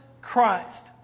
Christ